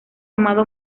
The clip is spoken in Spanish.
amado